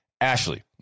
Ashley